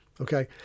okay